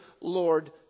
lord